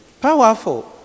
Powerful